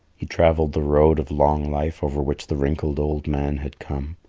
he travelled the road of long life over which the wrinkled old man had come.